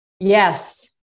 Yes